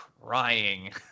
crying